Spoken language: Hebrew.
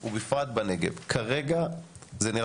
היום ה- 21 בפברואר 2022, כ' באדר